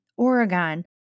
Oregon